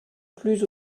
plus